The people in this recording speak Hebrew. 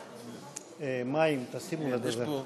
מים תשימו לדובר.